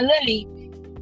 Lily